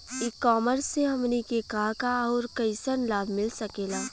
E commerce से हमनी के का का अउर कइसन लाभ मिल सकेला?